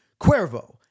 Cuervo